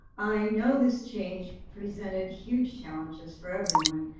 i know this change presented huge challenges for everyone,